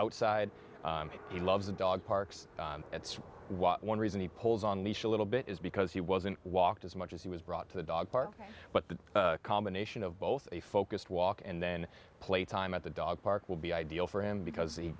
outside he loves the dog parks that's what one reason he pulls on leash a little bit is because he wasn't walked as much as he was brought to the dog park but the combination of both a focused walk and then playtime at the dog park will be ideal for him because he